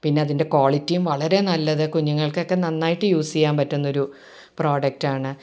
പിന്നെ അതിൻ്റെ ക്വാളിറ്റിയും വളരെ നല്ലത് കുഞ്ഞുങ്ങൾക്കൊക്കെ നന്നായിട്ട് യൂസ് ചെയ്യാൻ പറ്റുന്നൊരു പ്രോഡക്റ്റാണ്